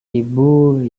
ibu